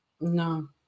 No